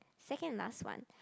second last one